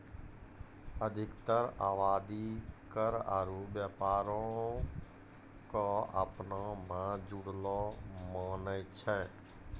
अधिकतर आवादी कर आरु व्यापारो क अपना मे जुड़लो मानै छै